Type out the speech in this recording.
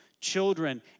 children